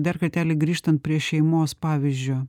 dar kartelį grįžtant prie šeimos pavyzdžio